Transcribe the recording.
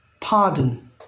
pardon